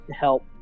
help